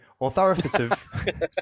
Authoritative